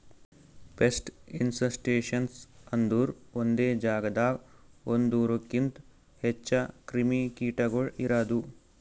pest infestations ಅಂದುರ್ ಒಂದೆ ಜಾಗದಾಗ್ ಒಂದೂರುಕಿಂತ್ ಹೆಚ್ಚ ಕ್ರಿಮಿ ಕೀಟಗೊಳ್ ಇರದು